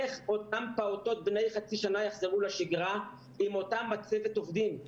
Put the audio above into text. איך אותם פעוטות בני חצי שנה יחזרו לשגרה עם אותה מצבת עובדים?